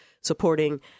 supporting